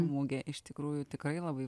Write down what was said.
mugė iš tikrųjų tikrai labai